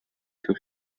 zur